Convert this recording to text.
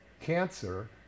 Cancer